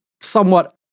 somewhat